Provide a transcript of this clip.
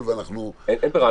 אין ברירה.